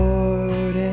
Lord